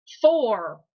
Four